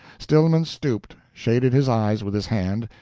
stillman stooped, shaded his eyes with his hand,